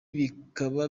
bikaba